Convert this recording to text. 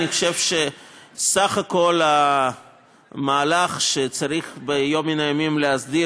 אני חושב שסך הכול המהלך שצריך ביום מן הימים להסדיר